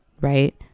Right